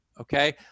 okay